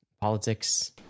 Politics